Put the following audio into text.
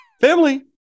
Family